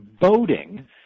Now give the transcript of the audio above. voting